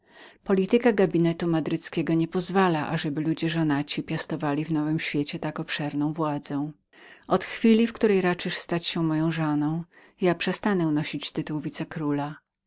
polityka gabinetu madryckiego nie pozwala ażeby ludzie żonaci piastowali w nowym świecie tak obszerną władzę od chwili w której raczysz być moją żoną ja przestaję nosić tytuł